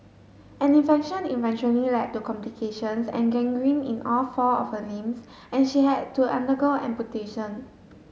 an infection eventually led to complications and gangrene in all four of her limbs and she had to undergo amputation